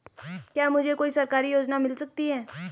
क्या मुझे कोई सरकारी योजना मिल सकती है?